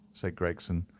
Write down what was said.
said gregson.